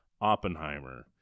Oppenheimer